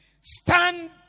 stand